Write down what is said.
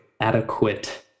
adequate